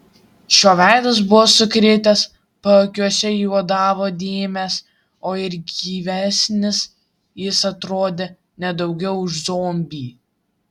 šio veidas buvo sukritęs paakiuose juodavo dėmės o ir gyvesnis jis atrodė ne daugiau už zombį